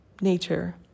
nature